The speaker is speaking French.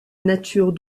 nature